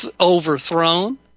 overthrown